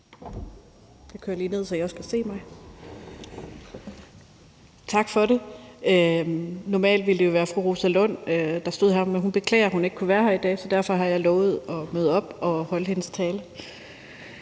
Jeg kører lige pulten ned, så I kan se mig. Normalt ville det jo være fru Rosa Lund, der stod her, men hun beklager, at hun ikke kunne være her i dag, så derfor har jeg lovet at møde op og holde hendes tale.